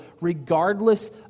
regardless